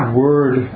word